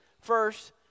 first